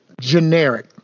generic